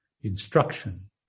instruction